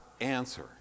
answer